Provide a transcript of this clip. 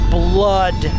blood